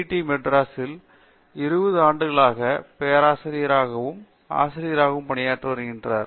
D மெட்ராஸில் 20 ஆண்டுகளாக பேராசிரியராகவும் ஆசிரியராகவும் பணியாற்றி வருகிறார்